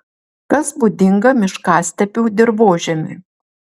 kas būdinga miškastepių dirvožemiui